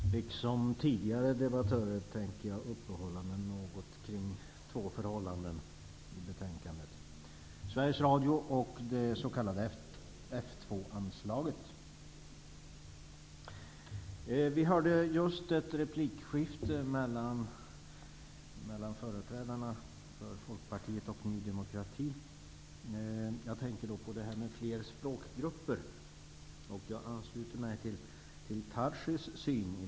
Herr talman! Liksom tidigare debattörer tänker jag uppehålla mig något kring två ämnen som tagits upp i betänkandet: Sveriges Radio och det s.k. F 2 Vi hörde just ett replikskifte mellan företrädarna för Folkpartiet och Ny demokrati. Jag tänker då på frågan om huruvida man skall ha sändningar till flera språkgrupper.